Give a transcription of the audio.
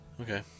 Okay